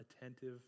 attentive